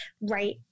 right